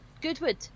goodwood